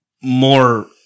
more